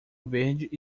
verde